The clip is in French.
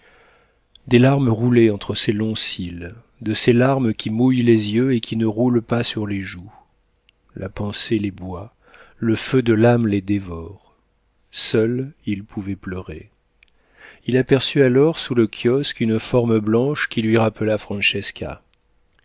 des larmes roulaient entre ses longs cils de ces larmes qui mouillent les yeux et qui ne roulent pas sur les joues la pensée les boit le feu de l'âme les dévore seul il pouvait pleurer il aperçut alors sous le kiosque une forme blanche qui lui rappela